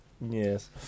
Yes